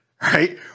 right